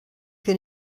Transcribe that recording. can